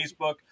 Facebook